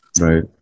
Right